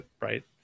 Right